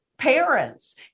Parents